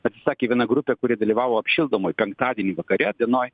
atsisakė viena grupė kuri dalyvavo apšildomoj penktadienį vakare dienoj